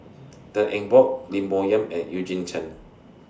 Tan Eng Bock Lim Bo Yam and Eugene Chen